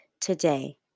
today